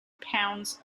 pounds